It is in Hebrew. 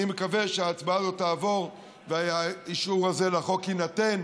אני מקווה שההצעה הזאת תעבור והאישור הזה לחוק יינתן,